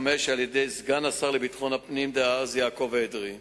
השר לביטחון פנים ביום כ"ה בסיוון תשס"ט (17 ביוני 2009):